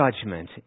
judgment